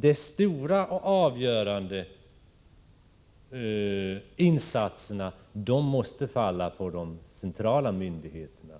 De stora och avgörande insatserna måste falla på de centrala myndigheterna